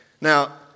Now